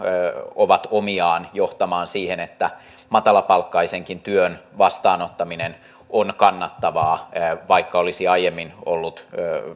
ovat omiaan johtamaan siihen että matalapalkkaisenkin työn vastaanottaminen on kannattavaa vaikka olisi aiemmin ollut